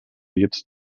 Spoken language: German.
jetzt